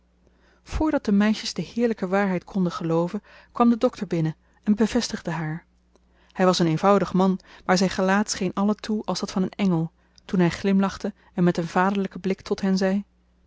voordat de meisjes de heerlijke waarheid konden gelooven kwam de dokter binnen en bevestigde haar hij was een eenvoudig man maar zijn gelaat scheen allen toe als dat van een engel toen hij glimlachte en met een vaderlijken blik tot hen zei